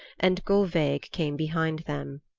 and gulveig came behind them.